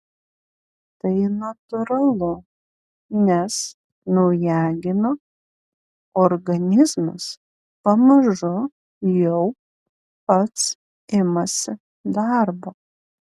tai natūralu nes naujagimio organizmas pamažu jau pats imasi darbo